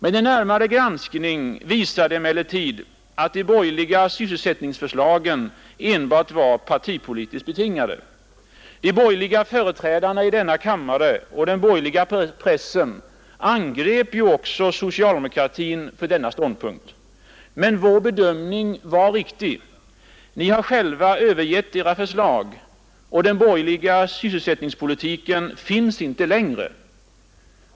En närmare granskning visade emellertid att de borgerliga sysselsättningsförslagen enbart var partipolitiskt betingade. De borgerliga företrädarna i denna kammare och den borgerliga pressen angrep ju också socialdemokratin för denna ståndpunkt. Men vår bedömning var riktig. Ni har själva övergett era förslag, och den borgerliga sysselsättningspolitiken finns inte längre.